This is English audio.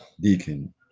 Deacon